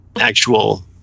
actual